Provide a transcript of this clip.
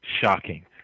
shocking